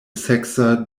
seksa